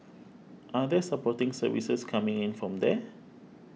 are there supporting services coming in from there